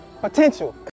potential